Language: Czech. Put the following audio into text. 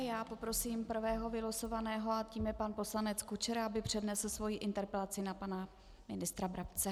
Já poprosím prvého vylosovaného a tím je pan poslanec Kučera, aby přednesl svoji interpelaci na pana ministra Brabce.